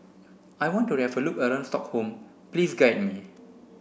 I want to have a look around Stockholm please guide me